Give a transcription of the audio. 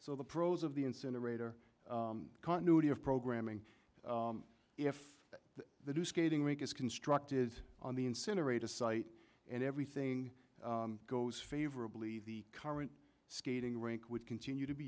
so the pros of the incinerator continuity of programming if the the new skating rink is constructed on the incinerators site and everything goes favorably the current skating rink would continue to be